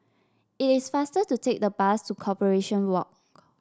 it is faster to take the bus to Corporation Walk